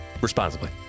responsibly